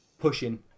pushing